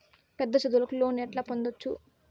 పెద్ద చదువులకు లోను ఎట్లా పొందొచ్చు